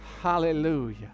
Hallelujah